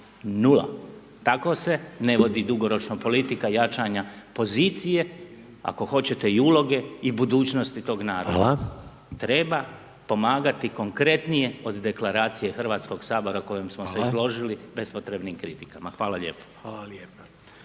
nula. Tako se ne vodi dugoročno politika jačanja pozicije ako hoćete i uloge i budućnosti tog naroda …/Upadica: Hvala./… treba pomagati konkretnije od deklaracije Hrvatskoga sabora kojom smo se izložili bespotrebnim kritikama. Hvala lijepo.